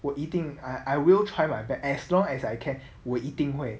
我一定 I I will try my best as long as I can 我一点会